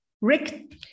Rick